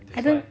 I don't